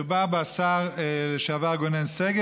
מדובר בשר לשעבר גונן שגב,